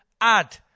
Add